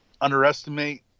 underestimate